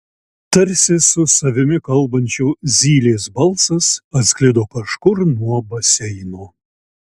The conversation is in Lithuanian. tarsi su savimi kalbančio zylės balsas atsklido kažkur nuo baseino